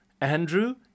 Andrew